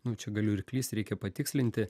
nu čia galiu ir klyst reikia patikslinti